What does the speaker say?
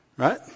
Right